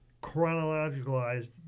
chronologicalized